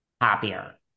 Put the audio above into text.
happier